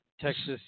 Texas